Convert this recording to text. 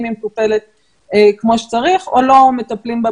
אם היא מטופלת כמו שצריך או מטפלים בה